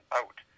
out